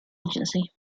agency